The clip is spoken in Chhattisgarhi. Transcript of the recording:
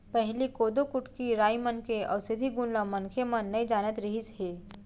पहिली कोदो, कुटकी, राई मन के अउसधी गुन ल मनखे मन नइ जानत रिहिस हे